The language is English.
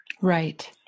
Right